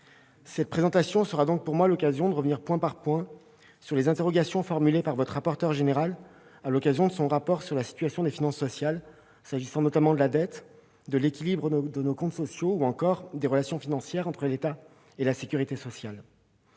intervention sera l'occasion de revenir point par point sur les interrogations que vous avez formulées, monsieur le rapporteur général, à l'occasion de la remise de votre rapport sur la situation des finances sociales, s'agissant notamment de la dette, de l'équilibre de nos comptes sociaux, ou encore des relations financières entre l'État et la sécurité sociale.